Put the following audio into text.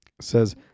Says